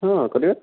ହଁ କରିବା